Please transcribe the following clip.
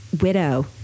widow